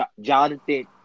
Jonathan